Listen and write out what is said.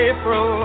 April